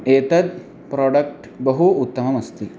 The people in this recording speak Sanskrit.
एतद् प्रोडक्ट् बहु उत्तमम् अस्ति